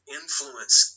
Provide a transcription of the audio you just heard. influence